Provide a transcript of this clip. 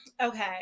Okay